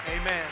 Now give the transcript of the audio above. Amen